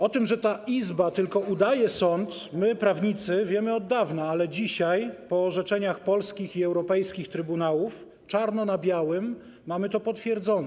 O tym, że ta izba tylko udaje sąd, my, prawnicy, wiemy od dawna, ale dzisiaj, po orzeczeniach polskich i europejskich trybunałów, czarno na białym mamy to potwierdzone.